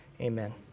amen